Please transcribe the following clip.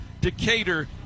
Decatur